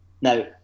now